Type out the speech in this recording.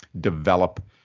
develop